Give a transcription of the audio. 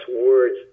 words